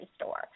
store